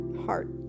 heart